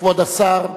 כבוד השר,